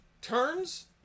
turns